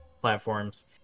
platforms